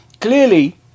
clearly